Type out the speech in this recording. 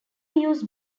use